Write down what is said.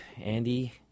Andy